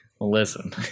listen